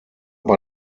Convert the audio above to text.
bei